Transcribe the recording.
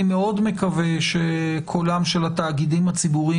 אני מאוד מקווה שקולם של התאגידים הציבוריים